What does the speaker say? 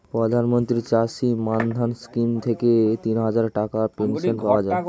প্রধানমন্ত্রী চাষী মান্ধান স্কিম থেকে তিনহাজার টাকার পেনশন পাওয়া যায়